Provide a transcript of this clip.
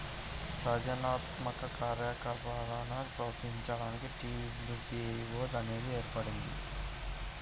సృజనాత్మక కార్యకలాపాలను ప్రోత్సహించడానికి డబ్ల్యూ.ఐ.పీ.వో అనేది ఏర్పడింది